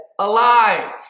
alive